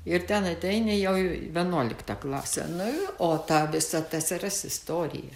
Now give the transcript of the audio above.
ir ten ateini jau į vienuoliktą klasę nu ir o tą visą tsrs istorija